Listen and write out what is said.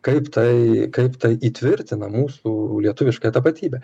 kaip tai kaip tai įtvirtina mūsų lietuviškąją tapatybę